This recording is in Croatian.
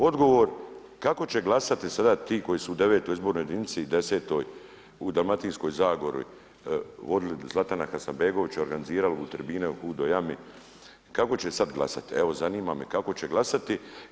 Odgovor, kako će glasati sada ti koji su u 9. i 10. izbornoj jedinici u Dalmatinskoj zagori vodili Zlatana Hasanbegovića organizirali mu tribine u Hudoj jami, kako će sada glasati, evo zanima me kako će glasati?